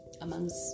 amongst